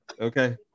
Okay